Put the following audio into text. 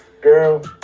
Girl